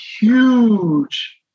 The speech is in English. huge